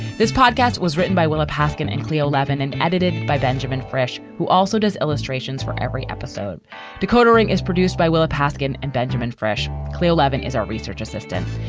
this podcast was written by willa paskin and cleo levin and edited by benjamin fresh, who also does illustrations for every episode decoder ring is produced by willa paskin and benjamin fresh. cleo levin is our research assistant.